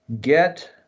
get